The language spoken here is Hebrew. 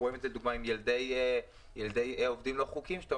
רואים את זה כדוגמה עם ילדי העובדים הלא חוקיים שאתה